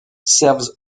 serves